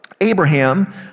Abraham